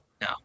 No